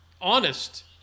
honest